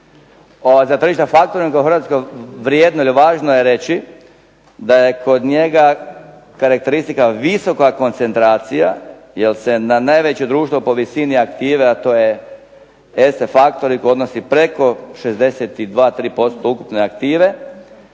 Za tržište faktoringa u Hrvatskoj vrijedno ili važno je reći da je kod njega karakteristika visoka koncentracija jer se na najveće društvo po visini aktive, a to je … odnosi preko 62, 63% ukupne aktive,